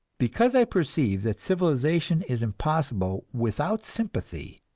because i perceive that civilization is impossible without sympathy,